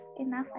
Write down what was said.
enough